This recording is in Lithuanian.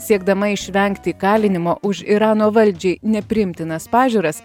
siekdama išvengti įkalinimo už irano valdžiai nepriimtinas pažiūras